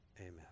Amen